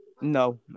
No